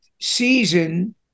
season